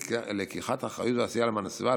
ללקיחת אחריות ועשייה למען הסביבה,